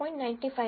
95 છે